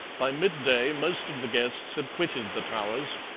by midday most of the guests had quitted the towers,